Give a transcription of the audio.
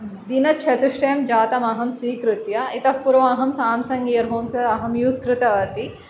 दिनचतुष्टयं जातमहं स्वीकृत्य इतः पूर्वमहं साम्सङ्ग् इयर्फफ़ोन् अहं यूस् कृतवती